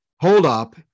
holdup